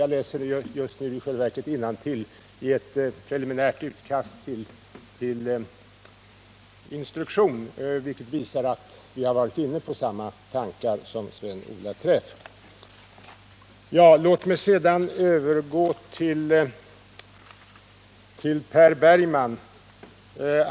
Jag läser just nu i själva verket innantill i ett preliminärt utkast till instruktion, vilket visar att vi har varit inne på samma tankegångar som Sven-Olov Träff. Låt mig sedan övergå till att bemöta Per Bergman.